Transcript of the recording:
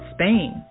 Spain